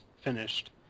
finished